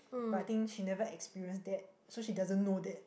but I think she never experienced that so she doesn't know that